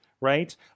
right